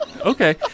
Okay